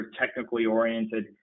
technically-oriented